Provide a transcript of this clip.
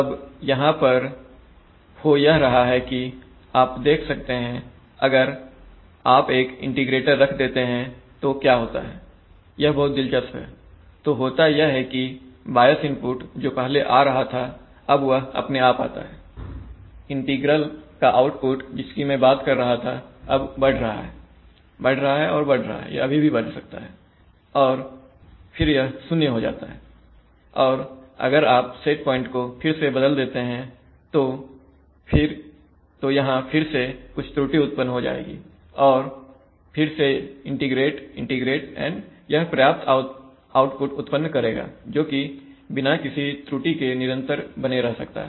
अब यहां पर हो यह रहा है कि आप देख सकते हैं अगर आप एक इंटीग्रेटर रख देते हैं तो क्या होता है यह बहुत दिलचस्प है तो होता यह है कि यह बायस इनपुट जो पहले आ रहा था अब वह अपने आप आता है इंटीग्रल का आउटपुट जिसकी मैं बात कर रहा था अब बढ़ रहा है बढ़ रहा है बढ़ रहा है यह अभी भी बढ़ सकता है और फिर यह शून्य हो जाता है और अगर आप सेट प्वाइंट को फिर से बदल देते हैं तो यहां फिर से कुछ त्रुटि उत्पन्न हो जाएगी और फिर से इंटीग्रेट इंटीग्रेट इंटीग्रेट और यह पर्याप्त आउटपुट उत्पन्न करेगा जोकि बिना किसी त्रुटि के निरंतर बने रह सकता है